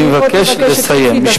אני מבקש לסיים.